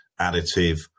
additive